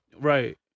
Right